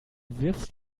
wirfst